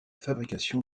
fabrication